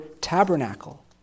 tabernacle